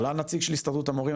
עלה הנציג של הסתדרות המורים.